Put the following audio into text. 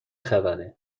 خبره